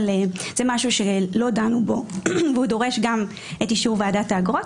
אבל זה משהו שלא דנו בו והוא דורש גם את אישור ועדת האגרות.